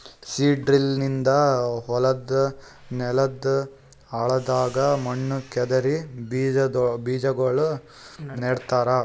seed drill ನಿಂದ ಹೊಲದ್ ನೆಲದ್ ಆಳದಾಗ್ ಮಣ್ಣ ಕೆದರಿ ಬೀಜಾಗೋಳ ನೆಡ್ತಾರ